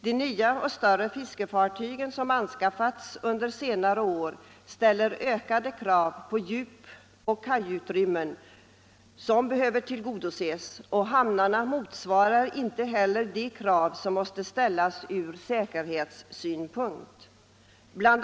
De nya och större fiskefartyg som anskaffats under senare år ställer ökade krav på djup och kajutrymme, och hamnarna motsvarar inte heller de krav som måste ställas ur säkerhetssynpunkt. BI.